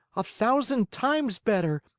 a thousand times better,